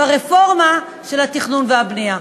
ברפורמה של התכנון והבנייה.